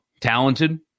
Talented